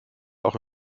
auch